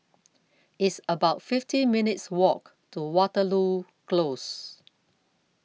It's about fifty minutes' Walk to Waterloo Close